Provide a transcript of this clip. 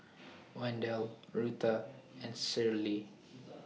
Wendel Rutha and Cicely